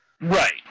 Right